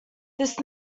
this